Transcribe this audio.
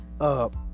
up